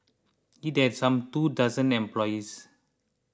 it had some two dozen employees